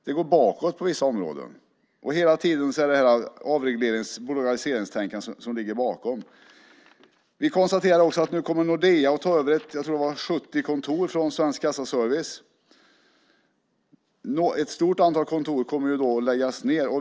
Det går bakåt på vissa områden. Och hela tiden är det avreglerings och bolagiseringstänkandet som ligger bakom. Vi konstaterar också att Nordea nu kommer att ta över, jag tror att det var 70 kontor från Svensk Kassaservice. Ett stort antal kontor kommer då att läggas ned.